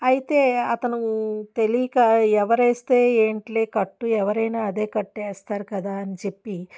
అయితే అతను తెలీక ఎవరు వేస్తే ఏంట్లే కట్టు ఎవరైనా అదే కట్టు వేస్తారు కదా అని చెప్పి